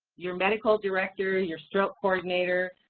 your medical director, and your stroke coordinator,